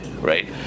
right